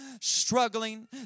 struggling